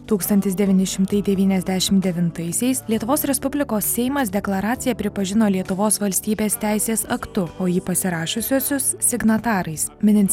tūkstantis devyni šimtai devyniasdešimt devintaisiais lietuvos respublikos seimas deklaraciją pripažino lietuvos valstybės teisės aktu o jį pasirašiusiuosius signatarais minint